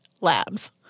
labs